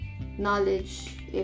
knowledge